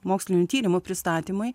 mokslinių tyrimų pristatymui